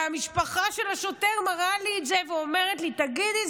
והמשפחה של השוטר מראה לי את זה ואומרת לי: תגידי,